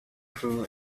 crew